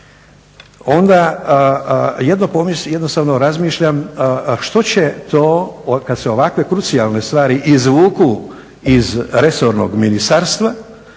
onda jedno pomisli, jednostavno razmišljam, a što će to kada se ovakve krucijalne stvari izvuku iz resornog ministarstva,